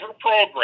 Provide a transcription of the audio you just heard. program